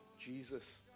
Jesus